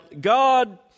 God